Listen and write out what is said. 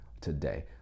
today